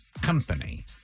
company